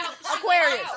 Aquarius